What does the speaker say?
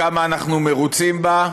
בכמה אנחנו מרוצים בה,